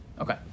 Okay